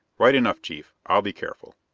right enough, chief. i'll be careful.